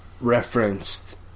referenced